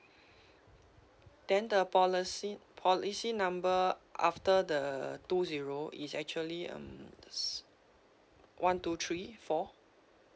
then the policy policy number after the two zero is actually um s~ one two three four